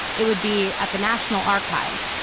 it would be at the national archives.